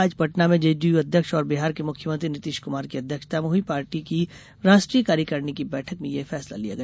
आज पटना में जेडीयू अध्यक्ष और बिहार के मुख्यमंत्री नितिश कुमार की अध्यक्षता में हुई पार्टी की राष्ट्रीय कार्यकारिणी की बैठक में यह फैसला लिया गया